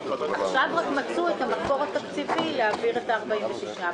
רק עכשיו מצאו את המקור התקציבי להעביר את ה-46.